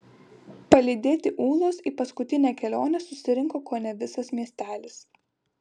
palydėti ūlos į paskutinę kelionę susirinko kone visas miestelis